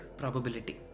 probability